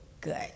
good